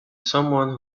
someone